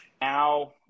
now